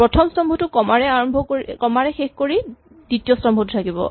প্ৰথম স্তম্ভটো কমা ৰে শেষ কৰি দ্বিতীয় স্তম্ভটো থাকিব